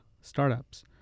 startups